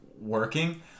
working